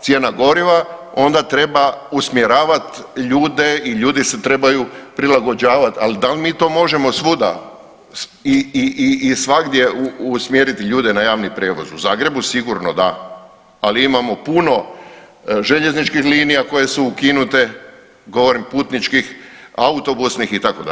cijena goriva onda treba usmjeravati ljude i ljudi se trebaju prilagođavat, ali da li mi to možemo svuda i svagdje usmjeriti ljudi na javni prijevoz, u Zagrebu sigurno da, ali imamo puno željezničkih linija koje su ukinute, govorim putničkih, autobusnih itd.